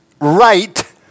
right